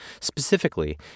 Specifically